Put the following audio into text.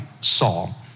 Saul